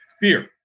Fear